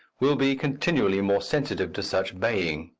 will be continually more sensitive to such baying.